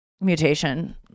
mutation